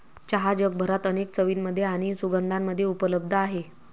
चहा जगभरात अनेक चवींमध्ये आणि सुगंधांमध्ये उपलब्ध आहे